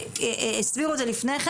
הסבירו לפני כן.